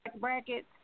brackets